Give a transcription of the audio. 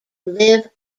live